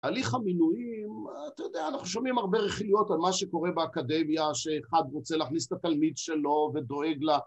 הליך המינויים, אתה יודע, אנחנו שומעים הרבה רכילויות על מה שקורה באקדמיה שאחד רוצה להכניס את התלמיד שלו ודואג לה...